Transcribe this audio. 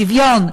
שוויון,